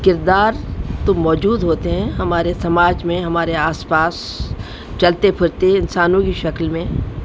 کردار تو موجود ہوتے ہیں ہمارے سماج میں ہمارے آس پاس چلتے پھرتے انسانوں کی شکل میں